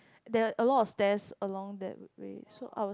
there are a lot stairs along that way so I was